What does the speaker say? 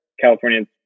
California